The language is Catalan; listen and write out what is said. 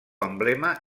emblema